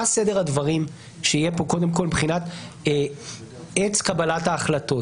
זה מה סדר הדברים שיהיה פה קודם כל מבחינת עץ קבלת ההחלטות,